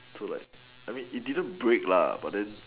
so like I mean it didn't break but then